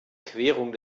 querung